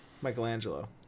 Michelangelo